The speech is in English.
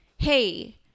hey